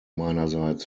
meinerseits